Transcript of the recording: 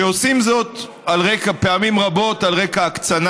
שעושים זאת פעמים רבות על רקע הקצנה